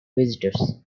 visitors